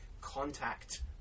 contact